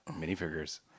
minifigures